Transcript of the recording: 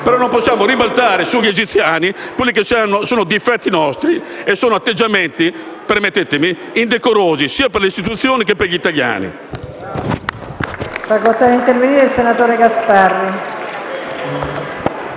Noi non possiamo ribaltare sugli egiziani quelli che sono nostri difetti. Sono atteggiamenti - permettetemi - indecorosi sia per le istituzioni sia per gli italiani.